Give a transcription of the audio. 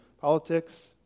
politics